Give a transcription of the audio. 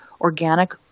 organic